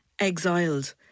exiled